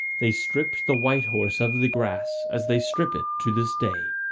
they stripped the white horse of the grass as they strip it to this day.